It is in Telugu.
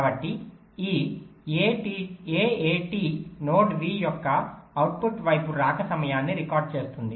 కాబట్టి ఈ AAT నోడ్ v యొక్క అవుట్పుట్ వైపు రాక సమయాన్ని రికార్డ్ చేస్తుంది